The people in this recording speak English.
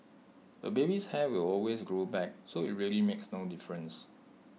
A baby's hair will always grow back so IT really makes no difference